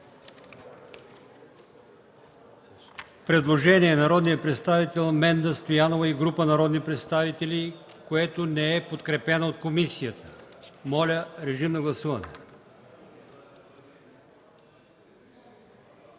предложението на народния представител Менда Стоянова и група народни представители, което не е подкрепено от комисията. Гласували